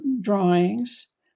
drawings